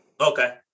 Okay